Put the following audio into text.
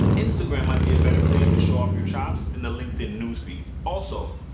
instagram might be a better place to show off your chops than a linkedin newsfeed. also,